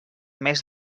més